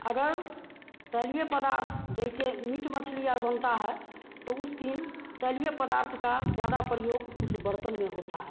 अगर तैलीय पदार्थ जैसे मिट मछली और बनता है तो उस दिन तैलीय पदार्थ का ज़्यादा प्रयोग उस बर्तन में होता है